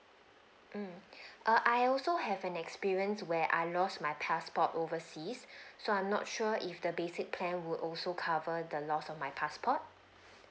mm err I also have an experience where I lost my passport overseas so I'm not sure if the basic plan would also cover the lost of my passport